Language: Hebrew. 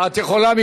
את יכולה גם